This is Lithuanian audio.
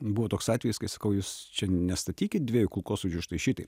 buvo toks atvejis kai sakau jūs čia nestatykit dviejų kulkosvaidžių štai šitaip